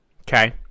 okay